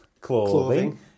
clothing